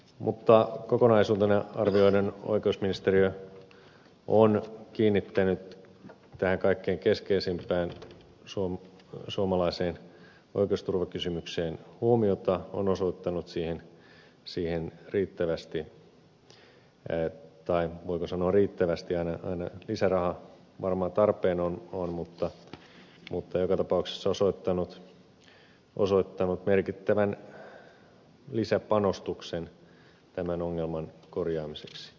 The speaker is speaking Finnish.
mutta kokonaisuutena arvioiden oikeusministeriö on kiinnittänyt tähän kaikkein keskeisimpään suomalaiseen oikeusturvakysymykseen huomiota osoittanut siihen riittävästi resursseja tai voiko sanoa riittävästi aina lisäraha varmaan tarpeen on mutta joka tapauksessa osoittanut merkittävän lisäpanostuksen tämän ongelman korjaamiseksi